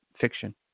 fiction